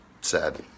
sad